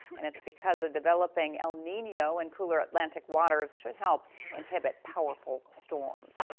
and it's because a developing el nino and cooler atlantic waters should help inhibit powerful storms.